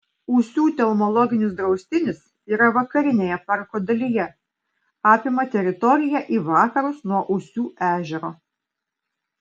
ūsių telmologinis draustinis yra vakarinėje parko dalyje apima teritoriją į vakarus nuo ūsių ežero